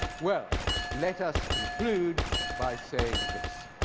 well let us conclude by saying this,